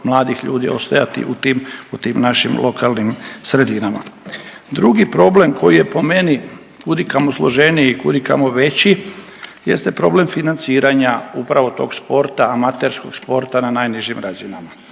mladih ljudi ostajati u tim našim lokalnim sredinama. Drugi problem koji je po meni kudikamo složeniji, kudikamo veći jeste problem financiranja upravo tog sporta, amaterskog sporta na najnižim razinama.